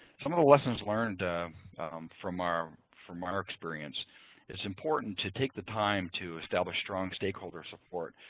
some of the lessons learned from our from our experience it's important to take the time to establish strong stakeholder support,